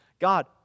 God